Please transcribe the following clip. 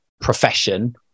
profession